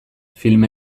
film